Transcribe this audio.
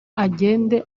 agende